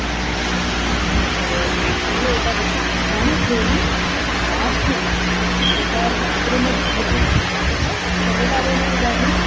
यतोहि तस्य हानिः अभवत् अतः एतादृशं न नाम ट्रोलिङ्ग् मास्तु तस्य प्रचारः अग्रे न भवतु अतः सर्वकारेण इदानीं